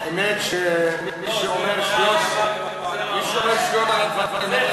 מי שאומר "שטויות" על הדברים האלה,